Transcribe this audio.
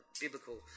Biblical